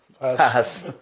Pass